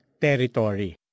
territory